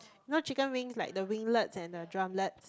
you know chicken wings like the winglets and the drumlets